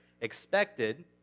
expected